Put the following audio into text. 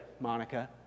Monica